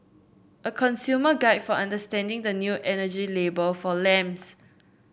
a consumer guide for understanding the new energy label for lamps